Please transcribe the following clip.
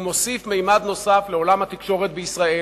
הוא מוסיף ממד לעולם התקשורת בישראל,